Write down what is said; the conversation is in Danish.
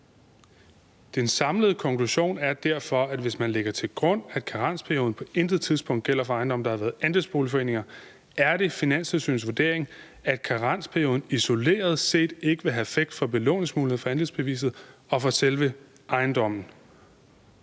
Den samlede konklusion er derfor, at hvis man lægger til grund, at karensperioden på intet tidspunkt gælder for ejendomme, der har været andelsboligforeninger, så er det Finanstilsynets vurdering, at karensperioden isoleret set ikke vil have effekt for belåningsmuligheder for andelsbeviset og for selve ejendommen.